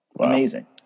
Amazing